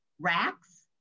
racks